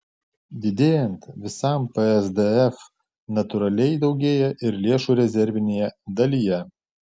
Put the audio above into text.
didėjant visam psdf natūraliai daugėja ir lėšų rezervinėje dalyje